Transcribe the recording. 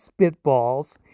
spitballs